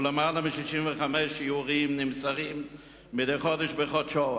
ולמעלה מ-65 שיעורים נמסרים מדי חודש בחודשו.